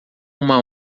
uma